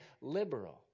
liberal